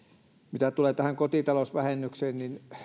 mitä tulee tähän kotitalousvähennykseen niin